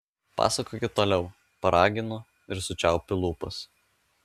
pasakokit toliau paraginu ir sučiaupiu lūpas